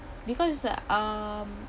because uh um